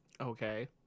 Okay